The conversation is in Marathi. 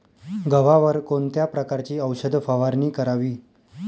गव्हावर कोणत्या प्रकारची औषध फवारणी करावी?